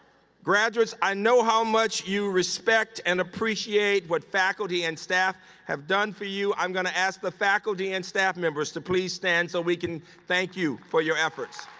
graduates, i know how much you respect and appreciate what faculty and staff have done for you. i'm going to ask the faculty and staff members to please stand so we can thank you for your efforts.